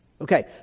Okay